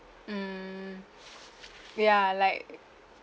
mm ya like